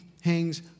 hangs